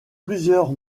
plusieurs